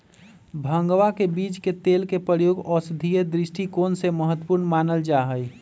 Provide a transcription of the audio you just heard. भंगवा के बीज के तेल के प्रयोग औषधीय दृष्टिकोण से महत्वपूर्ण मानल जाहई